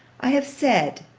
i have said,